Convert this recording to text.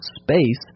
space